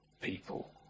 people